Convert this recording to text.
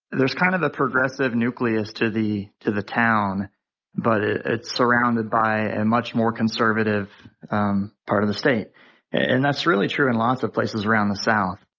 there's kind of a progressive nucleus to the to the town but ah it's surrounded by a and much more conservative um part of the state and that's really true in lots of places around the south,